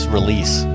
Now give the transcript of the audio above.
release